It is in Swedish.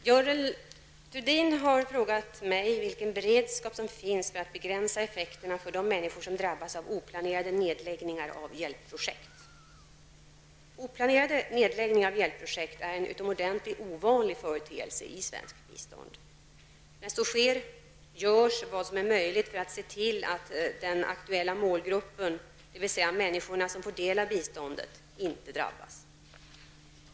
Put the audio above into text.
Fru talman! Görel Thurdin har frågat mig vilken beredskap som finns för att begränsa effekterna för de människor som drabbas av oplanerade nedläggningar av hjälpprojekt. Oplanerade nedläggningar av hjälpprojekt är en utomordentligt ovanlig företeelse i svenskt bistånd. När så sker, görs vad som är möjligt för att se till att den aktuella målgruppen, dvs. människorna som får del av biståndet, inte drabbas.